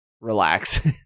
relax